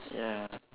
ya